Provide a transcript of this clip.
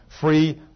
free